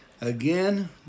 Again